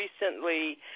recently